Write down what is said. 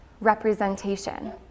representation